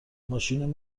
ماشین